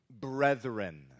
brethren